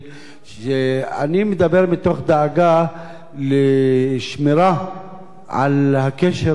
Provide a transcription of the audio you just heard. אני מדבר מתוך דאגה לשמירה על הקשר הטוב של